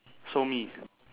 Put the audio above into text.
so me